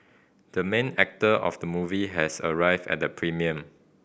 the main actor of the movie has arrived at the premiere